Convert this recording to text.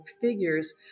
figures